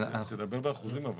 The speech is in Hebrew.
תדבר באחוזים.